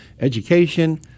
education